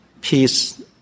peace